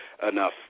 enough